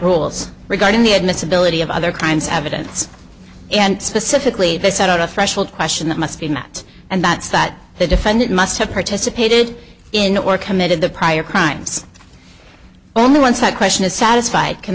rules regarding the admissibility of other kinds of evidence and specifically they set a threshold question that must be met and that's that the defendant must have participated in or committed the prior crimes only once that question is satisfied can